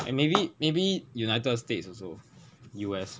and maybe maybe united states also U_S